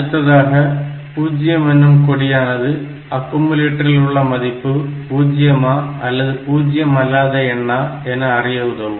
அடுத்ததாக பூஜ்ஜியம் எனும் கொடியானது ஆக்குமுலட்டரில் உள்ள மதிப்பு பூஜ்ஜியம் அல்லது பூஜ்ஜியம் அல்லாத எண்ணா என அறிய உதவும்